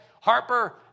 Harper